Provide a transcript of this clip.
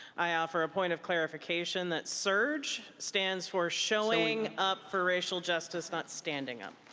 i offer a point of clarification that surge stands for showing up for racial justice, not standing up.